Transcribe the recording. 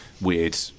weird